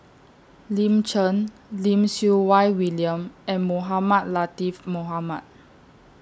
Lin Chen Lim Siew Wai William and Mohamed Latiff Mohamed